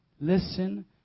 listen